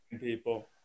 people